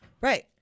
Right